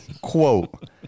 Quote